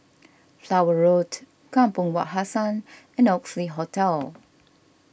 Flower Road Kampong Wak Hassan and Oxley Hotel